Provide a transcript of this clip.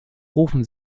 rufen